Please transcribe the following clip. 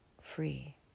free